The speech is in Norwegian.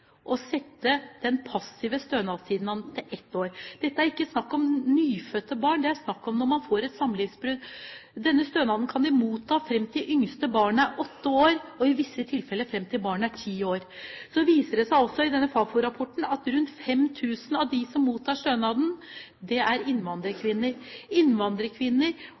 å sette den passive stønadstiden til ett år. Det er ikke snakk om nyfødte barn her, det er snakk om at en får et samlivsbrudd. Denne stønaden kan man motta fram til det yngste barnet er åtte år og i visse tilfeller fram til barnet er ti år. Så viser det seg også i denne Fafo-rapporten at rundt 5 000 av dem som mottar stønaden, er innvandrerkvinner